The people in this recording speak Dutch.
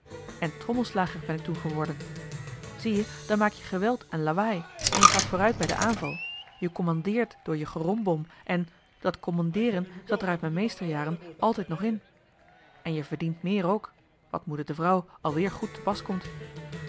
en trommelslager ben ik toen geworden zie-je dan maak je geweld en lawaai en je gaat vooruit bij den aanval je commandeert door je gerombom en dat commandeeren zat er uit m'n meesterjaren altijd nog in en je verdient meer ook wat moeder de vrouw alweer goed te pas komt